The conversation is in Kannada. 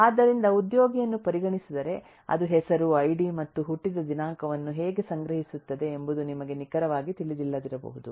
ಆದ್ದರಿಂದ ಉದ್ಯೋಗಿಯನ್ನು ಪರಿಗಣಿಸಿದರೆ ಅದು ಹೆಸರು ಐಡಿ ಮತ್ತು ಹುಟ್ಟಿದ ದಿನಾಂಕವನ್ನು ಹೇಗೆ ಸಂಗ್ರಹಿಸುತ್ತದೆ ಎಂಬುದು ನಿಮಗೆ ನಿಖರವಾಗಿ ತಿಳಿದಿಲ್ಲದಿರಬಹುದು